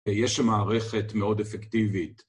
יש מערכת מאוד אפקטיבית